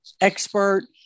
expert